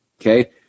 okay